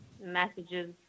messages